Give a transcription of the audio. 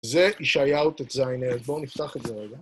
זה ישעיהו טז', הנה, בואו נפתח את זה רגע.